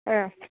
yeah